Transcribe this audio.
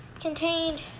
contained